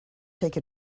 take